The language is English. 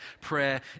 prayer